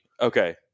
Okay